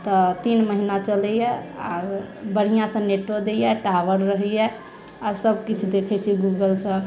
तऽ तीन महिना चलैया आ बढ़िआँसँ नेटो दैया टावर रहैया आ सब किछु देखैत छी गूगलसंँ